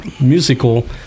musical